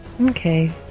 Okay